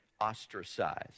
ostracized